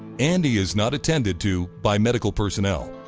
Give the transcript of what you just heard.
andy is not attended to by medical personnel.